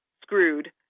screwed